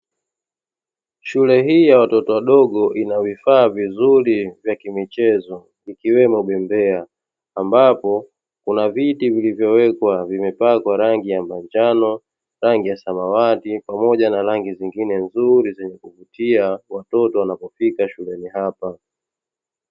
Shule hii ya watoto wadogo ina vifaa vizuri vya kimichezo ikiwemo bembea ambapo kuna viti vilivyowekwa vimepakwa rangi ya manjano, rangi ya samawati pamoja na rangi zingine nzuri zenye kuvutia watoto wanapofika shuleni hapa.